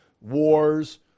Wars